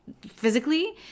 physically